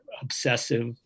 obsessive